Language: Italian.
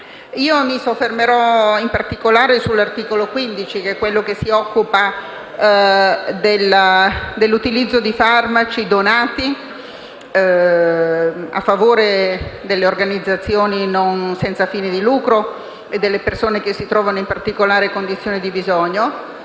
Mi soffermerò in particolare sull'articolo 15 del disegno di legge in esame, che si occupa dell'utilizzo dei farmaci donati in favore delle organizzazioni senza fini di lucro e delle persone che si trovano in particolare condizione di bisogno,